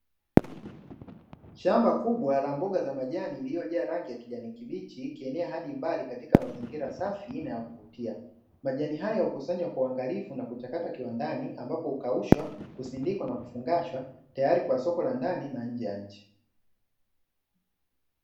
Shamba kubwa la mboga za majani lililojaa rangi ya kijani kibichi ikienea hadi mbalimbali katika mazingira yaliyo safi na kuvutia. Majani hukusanywa kwa uangalifu na kuchakatwa kiwandani ambapo hukaushwa, kusindikwa na kufungashwa tayari kwa soko la ndani na nje ya nchi.